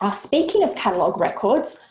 ah speaking of catalog records,